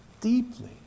deeply